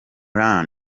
run